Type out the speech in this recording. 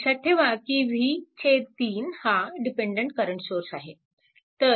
लक्षात ठेवा की v3 हा डिपेन्डन्ट करंट सोर्स आहे